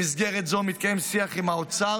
במסגרת זו מתקיים שיח עם האוצר,